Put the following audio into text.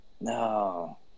No